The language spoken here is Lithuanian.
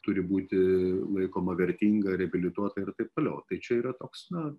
turi būti laikoma vertinga reabilituota ir taip toliau tai čia yra toks na